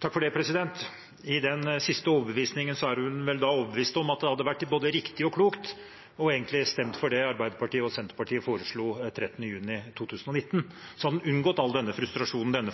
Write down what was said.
tanke på den siste overbevisningen er hun vel da også overbevist om at det hadde vært både riktig og klokt å stemme for det som Arbeiderpartiet og Senterpartiet foreslo den 13. juni 2019, så hadde en unngått all denne frustrasjonen,